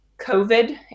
COVID